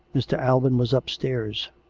mr. alban was upstairs.